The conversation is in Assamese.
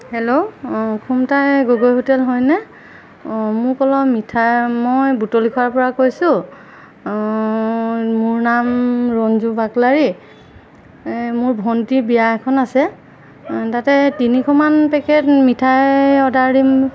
হেল্ল' খুমটাই গগৈ হোটেল হয়নে অঁ মোক অলপ মিঠাই মই বুটলিখাৰ পৰা কৈছোঁ মোৰ নাম ৰঞ্জু বাকলাৰী মোৰ ভণ্টীৰ বিয়া এখন আছে তাতে তিনিশমান পেকেট মিঠাই অৰ্ডাৰ দিম